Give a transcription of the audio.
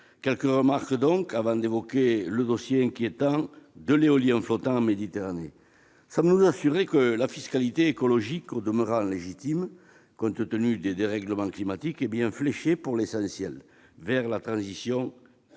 plus ambitieux, avant d'évoquer le dossier inquiétant de l'éolien flottant en Méditerranée. Sommes-nous assurés que la fiscalité écologique, au demeurant légitime compte tenu des dérèglements climatiques, est bien fléchée, pour l'essentiel, vers la transition énergétique